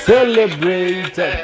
Celebrate